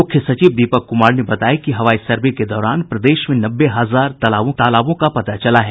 मुख्य सचिव दीपक कुमार ने बताया कि हवाई सर्वे के दौरान प्रदेश में नब्बे हजार तालाबों का पता चला है